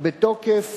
בתוקף